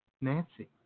Nancy